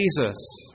jesus